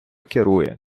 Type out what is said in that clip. керує